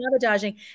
sabotaging